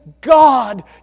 God